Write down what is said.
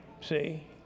see